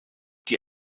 die